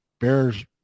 Bears